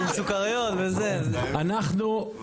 אנחנו,